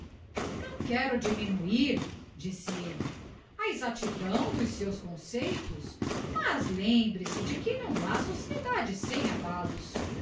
não quero diminuir disse elle a exactidão dos seus conceitos mas lembre-se de que não ha sociedade sem abalos